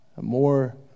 More